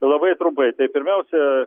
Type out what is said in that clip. labai trumpai tai pirmiausia